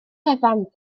evans